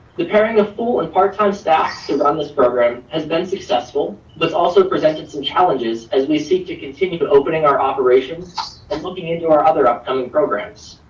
the pairing of full and part time staff to run this program has been successful, but also presented some challenges as we seek to continue to opening our operations and looking into our other upcoming programs.